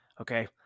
Okay